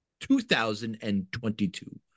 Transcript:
2022